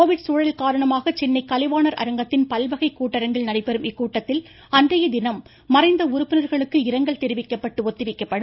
Covid சூழல் காரணமாக சென்னை கலைவாணா் அரங்கத்தின் பல்வகை கூட்டரங்கில் நடைபெறும் இக்கூட்டத்தில் அன்றையதினம் மறைந்த உறுப்பினர்களுக்கு இரங்கல் தெரிவிக்கப்பட்டு ஒத்திவைக்கப்படும்